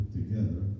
together